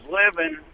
living